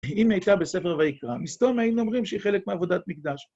אם הייתה בספר ויקרא, מסתום היינו אומרים שהיא חלק מעבודת מקדש.